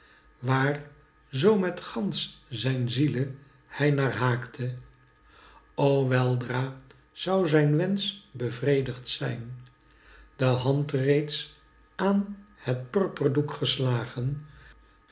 waar zoo met gantsch zijn ziele hij naar haakte o weldra zou zijn wensch bevredigd zijn de hand reeds aan het purperdoek geslagen